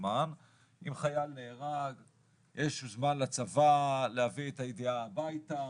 אם חייל נהרג יש זמן לצבא להביא את הידיעה הביתה,